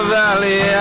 valley